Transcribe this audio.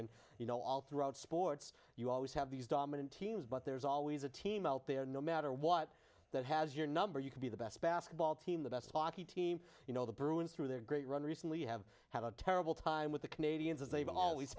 and you know all throughout sports you always have these dominant teams but there's always a team out there no matter what that has your number you can be the best basketball team the best hockey team you know the bruins through their great run recently have had a terrible time with the canadians as they've always